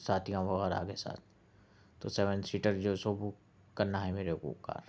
ساتھیاں وغیرہ کے ساتھ تو سیون سیٹر جو سو بک کرنا ہے میرے کو کار